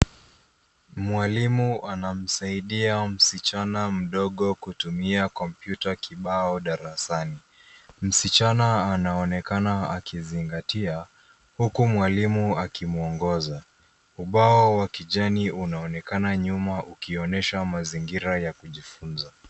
Mwalimu anamsadia msichana mdogo kutumia kompyuta kibao darasani. Msichana anaonekana akizingatia huku mwalimu akimwongoza. Ubao wa kijani unaonekana nyuma ukionyesha mazingira ya kujifunza.